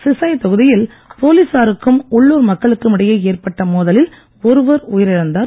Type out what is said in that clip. சிசாய் தொகுதியில் போலீசாருக்கும் உள்ளுர் மக்களுக்கும் இடையே ஏற்பட்ட மோதலில் ஒருவர் உயிரிழந்தார்